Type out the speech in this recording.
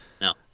No